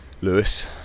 Lewis